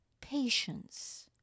patience